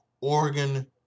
Oregon